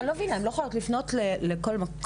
אני לא מבינה, הן לא יכולות לפנות לכל מקום?